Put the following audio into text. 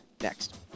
next